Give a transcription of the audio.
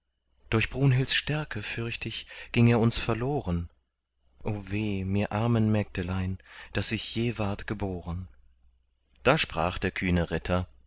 durch brunhilds stärke fürcht ich ging er uns verloren o weh mir armen mägdelein daß ich je ward geboren da sprach der kühne ritter